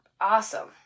awesome